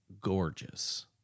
gorgeous